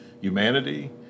humanity